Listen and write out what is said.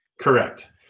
Correct